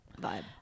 vibe